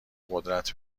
قدرت